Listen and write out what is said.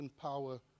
power